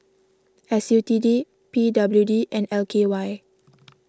S U T D P W D and L K Y